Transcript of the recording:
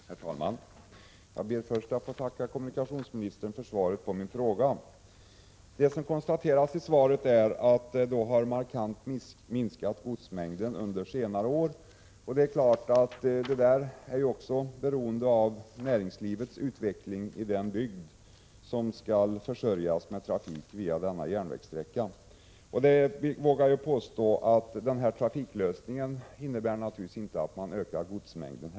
Herr talman! Jag ber först få tacka kommunikationsministern för svaret på min fråga. I svaret konstateras att godsmängden under senare år markant har minskat. Det är naturligtvis också beroende av näringslivets utveckling i den bygd som via denna järnvägssträcka skall försörjas med godstrafik. Jag vågar påstå att den här trafiklösningen inte heller innebär att man ökar godsmängden.